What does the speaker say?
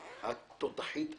את תותחית אמיתית,